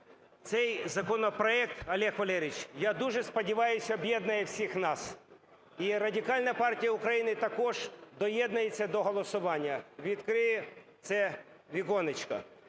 Цей законопроект, Олег Валерійович, я дуже сподіваюсь, об'єднує всіх нас. І Радикальна партія України також доєднається до голосування, відкриє це віконечко.